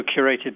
curated